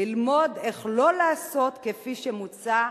ללמוד איך לא לעשות כפי שמוצע,